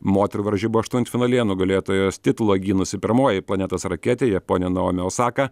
moterų varžybų aštuntfinalyje nugalėtojos titulą gynusi pirmoji planetos raketė japonė naomi osaka